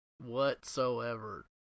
Whatsoever